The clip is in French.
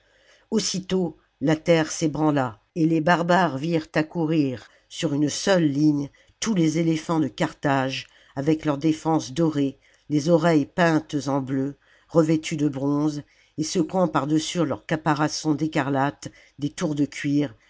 aussitôt la terre s'ébranla et les barbares virent accourir sur une seule ligne tous les éléphants de carthage avec leurs défenses dorées les oreilles peintes en bleu revêtus de bronze et secouant par dessus leurs caparaçons d'écarlate des tours de cuir